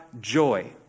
joy